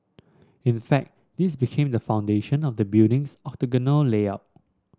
in fact this became the foundation of the building's octagonal layout